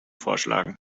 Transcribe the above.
vorschlagen